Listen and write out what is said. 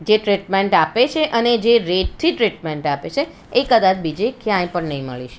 જે ટ્રીટમેન્ટ આપે છે અને જે રેટથી ટ્રીટમેન્ટ આપે છે એ કદાચ બીજે ક્યાંય પણ નહીં મળી શકે